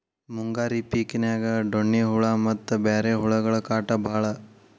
ಮುಂಗಾರಿ ಪಿಕಿನ್ಯಾಗ ಡೋಣ್ಣಿ ಹುಳಾ ಮತ್ತ ಬ್ಯಾರೆ ಹುಳಗಳ ಕಾಟ ಬಾಳ